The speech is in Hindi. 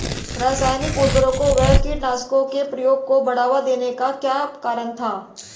रासायनिक उर्वरकों व कीटनाशकों के प्रयोग को बढ़ावा देने का क्या कारण था?